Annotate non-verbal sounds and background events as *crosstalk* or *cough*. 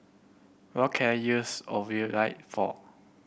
what can I use *unintelligible* for